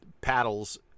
paddles